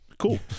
Cool